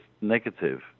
negative